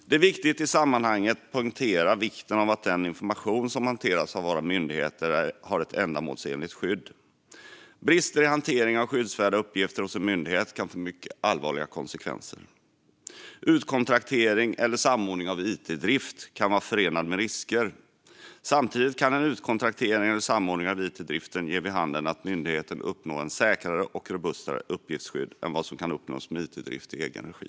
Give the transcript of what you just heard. Det är viktigt att i sammanhanget poängtera vikten av att den information som hanteras av våra myndigheter har ett ändamålsenligt skydd. Brister i hantering av skyddsvärda uppgifter hos en myndighet kan få mycket allvarliga konsekvenser. Utkontraktering eller samordning av itdrift kan vara förenad med risker. Samtidigt kan en utkontraktering eller samordning av it-drift medföra att myndigheten uppnår ett säkrare och robustare uppgiftsskydd än vad som kan uppnås med it-drift i egen regi.